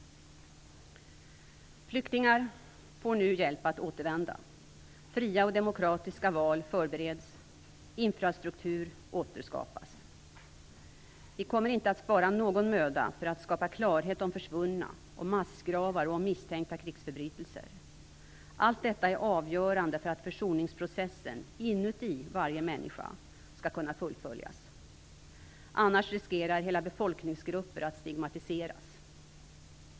Flyktingar får nu hjälp att återvända. Fria och demokratiska val förbereds, infrastruktur återskapas. Vi kommer inte att spara någon möda för att skapa klarhet om försvunna, om massgravar och om misstänkta krigsförbrytelser. Allt detta är avgörande för att försoningsprocessen inuti varje människa skall kunna fullföljas. Annars riskerar hela befolkningsgrupper att stigmatiseras.